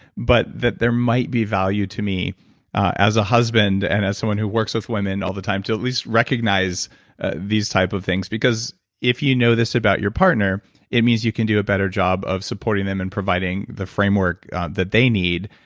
but that there might be value to me as a husband and as someone who works with women all the time too, at least recognize these types of things because if you know this about your partner it means you can do a better job of supporting them and providing the framework that they need,